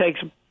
takes